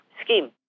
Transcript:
scheme